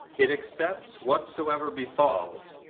it accepts whatsoever befalls,